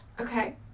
Okay